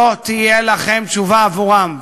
לא תהיה לכם תשובה עבורן.